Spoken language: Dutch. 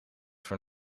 voor